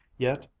yet,